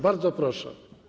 Bardzo proszę.